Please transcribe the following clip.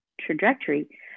trajectory